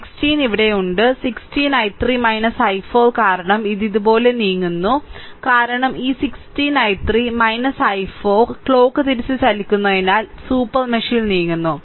16 ഇവിടെയുണ്ട് 16 I3 i4 കാരണം ഇത് ഇതുപോലെ നീങ്ങുന്നു കാരണം ഈ 16 I3 i4 ക്ലോക്ക് തിരിച്ച് ചലിക്കുന്നതിനാൽ സൂപ്പർ മെഷിൽ നീങ്ങുന്നു